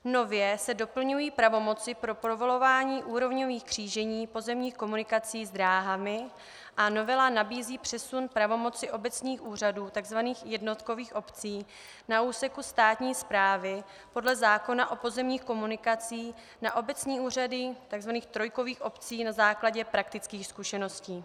Nově se doplňují pravomoci pro povolování úrovňových křížení pozemních komunikací s dráhami a novela nabízí přesun pravomoci obecních úřadů tzv. jednotkových obcí na úseku státní správy podle zákona o pozemních komunikacích na obecní úřady tzv. trojkových obcí na základě praktických zkušeností.